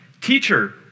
teacher